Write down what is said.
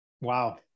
wow